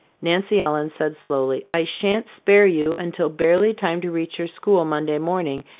nancy ellen said slowly i shan't spare you until barely time to reach your school monday morning.